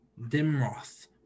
Dimroth